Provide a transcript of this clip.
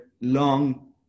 long